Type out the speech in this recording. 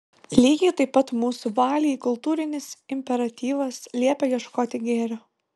lygiai taip pat mūsų valiai kultūrinis imperatyvas liepia ieškoti gėrio